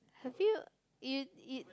have you you you eat